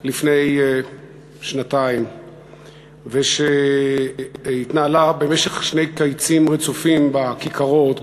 לפני שנתיים ושהתנהלה במשך שני קיצים רצופים בכיכרות,